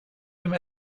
him